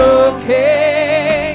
okay